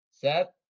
set